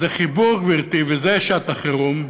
זה חיבור, גברתי, וזו שעת החירום,